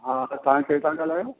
हा त तव्हां केर था ॻाल्हायो